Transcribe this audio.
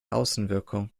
außenwirkung